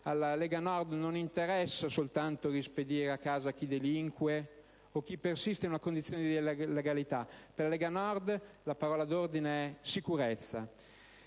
alla Lega Nord non interessa solo rispedire a casa chi delinque o chi persiste in una condizione di illegalità: per la Lega Nord la parola d'ordine è sicurezza,